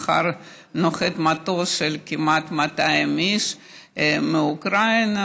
מחר נוחת מטוס של כ-200 איש מאוקראינה,